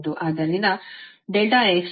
ಆದ್ದರಿಂದ ಇದು 22 ಸಮೀಕರಣ